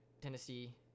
Tennessee